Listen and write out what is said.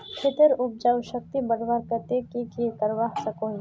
खेतेर उपजाऊ शक्ति बढ़वार केते की की करवा सकोहो ही?